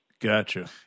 Gotcha